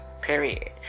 Period